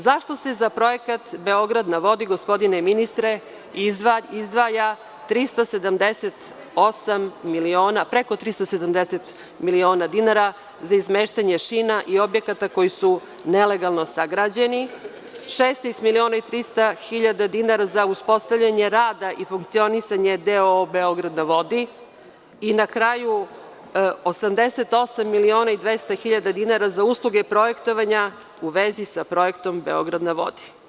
Zašto se za projekat „Beograd na vodi“, gospodine ministre, izdvaja 378 miliona, preko 370 miliona dinara za izmeštanje šina i objekata koji su nelegalno sagrađeni, 16 miliona 300.000 dinara za uspostavljanje rada i funkcionisanja DOO „Beograd na vodi“ i na kraju, 88 miliona 200.000 dinara za usluge projektovanja u vezi sa projektom „Beograd na vodi“